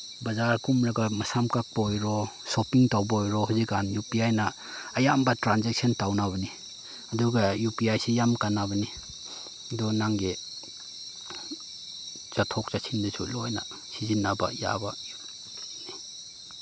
ꯕꯖꯥꯔ ꯀꯨꯝꯂꯒ ꯃꯁꯝ ꯀꯛꯄ ꯑꯣꯏꯔꯣ ꯁꯣꯄꯤꯡ ꯇꯧꯕ ꯑꯣꯏꯔꯣ ꯍꯧꯖꯤꯛꯀꯥꯟ ꯌꯨ ꯄꯤ ꯑꯥꯏꯅ ꯑꯌꯥꯝꯕ ꯇ꯭ꯔꯥꯟꯖꯦꯛꯁꯟ ꯇꯧꯅꯕꯅꯤ ꯑꯗꯨꯒ ꯌꯨ ꯄꯤ ꯑꯥꯏꯁꯤ ꯌꯥꯝ ꯀꯥꯟꯅꯕꯅꯤ ꯑꯗꯣ ꯅꯪꯒꯤ ꯆꯠꯊꯣꯛ ꯆꯠꯁꯤꯟꯗꯁꯨ ꯂꯣꯏꯅ ꯁꯤꯖꯤꯟꯅꯕ ꯌꯥꯕ